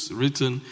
written